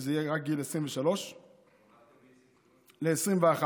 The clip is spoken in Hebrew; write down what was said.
שזה יהיה רק מגיל 23. הורדנו את זה ל-21.